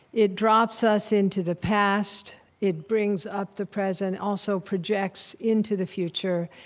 it drops us into the past, it brings up the present, it also projects into the future,